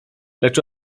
lecz